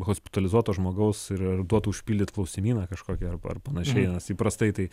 hospitalizuoto žmogaus ir duotų užpildyt klausimyną kažkokį ar ar panašiai nes įprastai tai